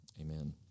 amen